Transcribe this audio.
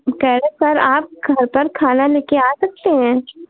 हम कह रहे हैं सर आप घर पर खाना ले कर आ सकते हैं